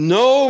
no